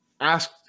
asked